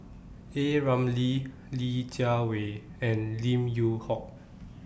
A Ramli Li Jiawei and Lim Yew Hock